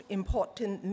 important